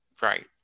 Right